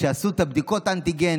כשעשו את בדיקות האנטיגן,